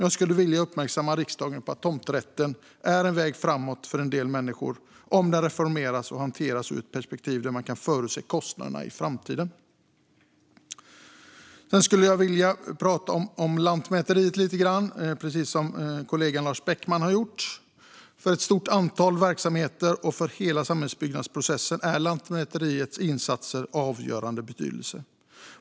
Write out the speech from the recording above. Jag skulle dock vilja uppmärksamma riksdagen på att tomträtten är en väg framåt för en del människor om den reformeras och hanteras ur perspektivet att det ska gå att förutse kostnaderna i framtiden. Jag skulle även vilja tala lite grann om Lantmäteriet, precis som kollegan Lars Beckman gjorde. För ett stort antal verksamheter och för hela samhällsbyggnadsprocessen är Lantmäteriets insatser av avgörande betydelse.